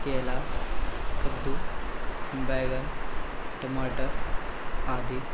केला कद्दू बैगन टमाटर आदि